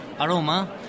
aroma